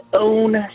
own